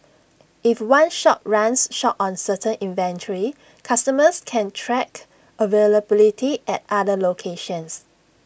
if one shop runs short on certain inventory customers can track availability at other locations